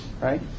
right